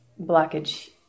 blockage